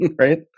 right